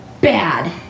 Bad